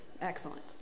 Excellent